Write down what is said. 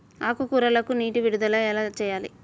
ఆకుకూరలకు నీటి విడుదల ఎలా చేయాలి?